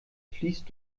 fließt